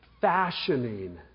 fashioning